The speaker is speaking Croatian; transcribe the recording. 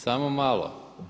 Samo malo.